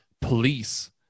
police